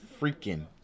freaking